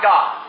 God